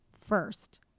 first